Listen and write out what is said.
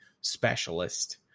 specialist